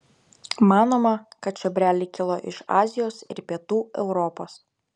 manoma kad čiobreliai kilo iš azijos ir pietų europos